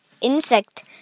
insect